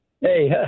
Hey